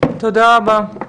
תודה רבה.